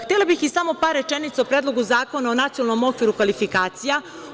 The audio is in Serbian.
Htela bih i samo par rečenica o Predlogu zakona o Nacionalnom okviru kvalifikacija.